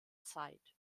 zeit